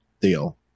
deal